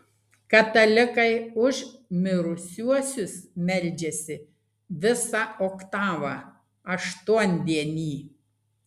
katalikai už mirusiuosius meldžiasi visą oktavą aštuondienį